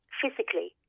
physically